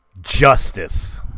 justice